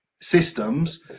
systems